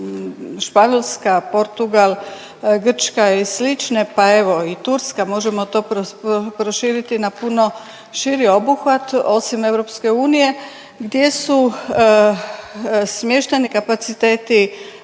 Španjolska, Portugal, Grčka i slične pa evo i Turska, možemo to proširiti na puno širi obuhvat osim EU, gdje su smještajni kapaciteti